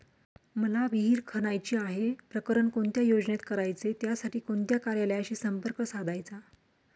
मला विहिर खणायची आहे, प्रकरण कोणत्या योजनेत करायचे त्यासाठी कोणत्या कार्यालयाशी संपर्क साधायचा?